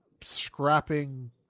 scrapping